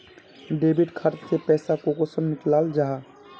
Debit card से पैसा कुंसम निकलाल जाहा?